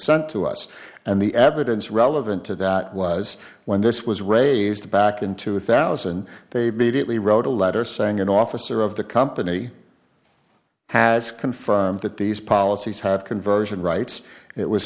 sent to us and the evidence relevant to that was when this was raised back in two thousand they beat it lee wrote a letter saying an officer of the company has confirmed that these policies had conversion rights it was